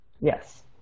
Yes